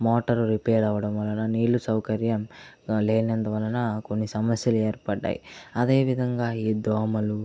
motor repair అవ్వడం వలన నీళ్లు సౌకర్యం లేనందువలన కొన్ని సమస్యలు ఏర్పడ్డాయి అదే విధంగా ఈ దోమలు